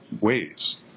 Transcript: ways